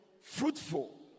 fruitful